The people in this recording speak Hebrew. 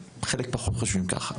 חלק פחות חושבים ככה,